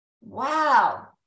wow